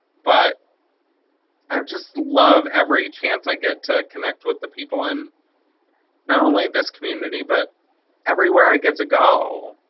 but i just love every chance i get to connect with the people in not only this community but everywhere i get to go.